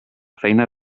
feina